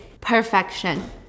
Perfection